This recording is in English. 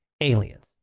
aliens